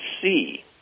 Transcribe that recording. see